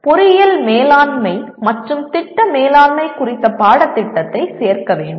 பொறியியல் மேலாண்மை மற்றும் திட்ட மேலாண்மை குறித்த பாடத்திட்டத்தை சேர்க்க வேண்டும்